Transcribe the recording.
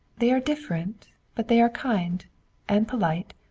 they are different, but they are kind and polite.